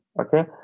Okay